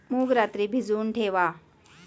मूग रात्री भिजवून ठेवा